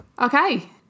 okay